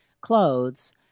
clothes